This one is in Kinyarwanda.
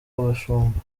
abashumba